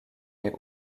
est